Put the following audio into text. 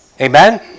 Amen